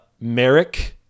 Merrick